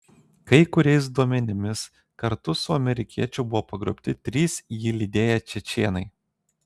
kai kuriais duomenimis kartu su amerikiečiu buvo pagrobti trys jį lydėję čečėnai